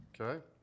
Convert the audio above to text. Okay